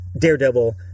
Daredevil